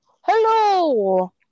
hello